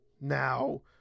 Now